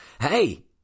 hey